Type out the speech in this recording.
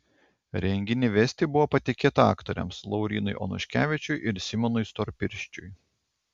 renginį vesti buvo patikėta aktoriams laurynui onuškevičiui ir simonui storpirščiui